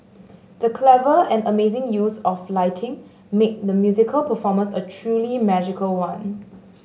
the clever and amazing use of lighting made the musical performance a truly magical one